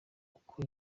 uko